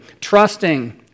trusting